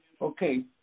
okay